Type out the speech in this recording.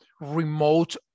remote